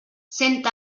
cent